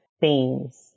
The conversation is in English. themes